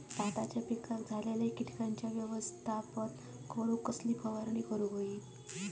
भाताच्या पिकांक झालेल्या किटकांचा व्यवस्थापन करूक कसली फवारणी करूक होई?